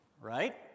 right